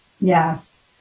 Yes